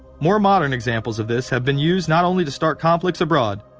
more modern examples of this. have been used not only to start conflicts abroad,